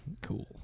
Cool